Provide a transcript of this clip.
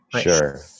Sure